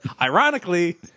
Ironically